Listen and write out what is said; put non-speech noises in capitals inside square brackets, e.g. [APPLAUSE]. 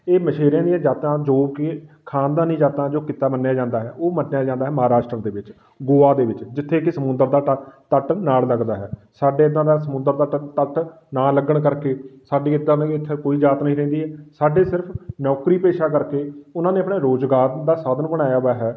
ਇਹ ਮਛੇਰਿਆਂ ਦੀਆਂ ਜਾਤਾਂ ਜੋ ਕਿ ਖਾਨਦਾਨੀ ਜਾਤਾਂ ਜੋ ਕਿੱਤਾ ਮੰਨਿਆ ਜਾਂਦਾ ਹੈ ਉਹ ਮੰਨਿਆ ਜਾਂਦਾ ਹੈ ਮਹਾਰਾਸ਼ਟਰ ਦੇ ਵਿੱਚ ਗੋਆ ਦੇ ਵਿੱਚ ਜਿੱਥੇ ਕਿ ਸਮੁੰਦਰ ਦਾ ਟਾ ਤੱਟ ਨਾਲ ਲੱਗਦਾ ਹੈ ਸਾਡੇ ਇੱਦਾਂ ਦਾ ਸਮੁੰਦਰ ਦਾ [UNINTELLIGIBLE] ਤੱਟ ਨਾ ਲੱਗਣ ਕਰਕੇ ਸਾਡੇ ਇੱਦਾਂ ਦੀ ਇੱਥੇ ਕੋਈ ਜਾਤ ਨਹੀਂ ਰਹਿੰਦੀ ਸਾਡੇ ਸਿਰਫ ਨੌਕਰੀ ਪੇਸ਼ਾ ਕਰਕੇ ਉਹਨਾਂ ਨੇ ਆਪਣੇ ਰੋਜ਼ਗਾਰ ਦਾ ਸਾਧਨ ਬਣਾਇਆ ਵਾ ਹੈ